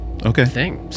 Okay